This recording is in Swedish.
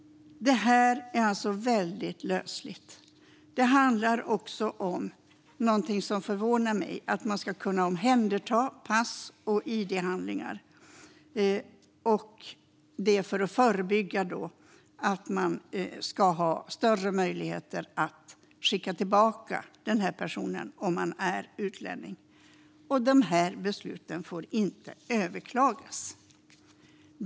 Detta är väldigt lösligt. Förslaget handlar också om något som förvånar mig, nämligen att man ska kunna omhänderta pass och id-handlingar för att få större möjligheter att skicka tillbaka personen om denne är utlänning. De besluten får inte överklagas.